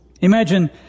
Imagine